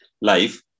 life